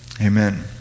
Amen